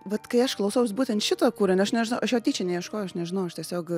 vat kai aš klausaus būtent šito kūrinio aš nežinau aš jo tyčia neieškojau aš nežinau aš tiesiog